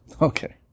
Okay